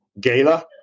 gala